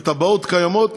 בתב"עות קיימות,